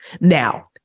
Now